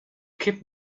keep